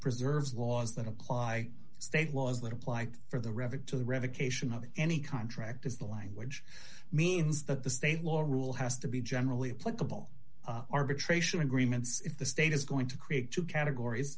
preserves laws that apply state laws that apply for the record to the revocation of any contract is the language means that the state law rule has to be generally applicable arbitration agreements if the state is going to create two categories